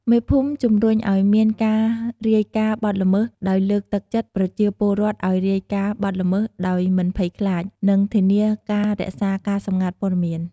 មេភូមិជំរុញឲ្យមានការរាយការណ៍បទល្មើសដោយលើកទឹកចិត្តប្រជាពលរដ្ឋឲ្យរាយការណ៍បទល្មើសដោយមិនភ័យខ្លាច និងធានាការរក្សាការសម្ងាត់ព័ត៌មាន។